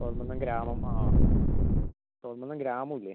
കോതമംഗലം ഗ്രാമം ആ കോതമംഗലം ഗ്രാമം ഇല്ലേ